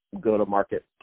go-to-market